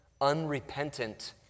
unrepentant